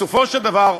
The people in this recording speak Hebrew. בסופו של דבר,